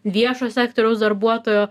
viešo sektoriaus darbuotojo